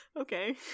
okay